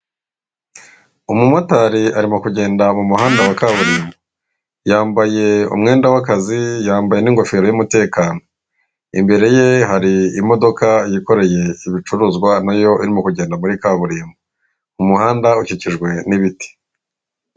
Umumotari arimo kugenda mu muhanda wa kaburimbo yambaye umwenda w'akazi, yambaye n'ingofero y'umutekano, imbere ye hari imodoka yikoreye ibicuruzwa nayo irimo kugenda muri kaburimbo mu muhanda ukikijwe n'ibiti.